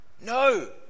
No